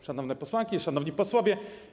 Szanowne Posłanki i Szanowni Posłowie!